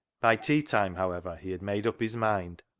by tea-time, how ever, he had made up his mind,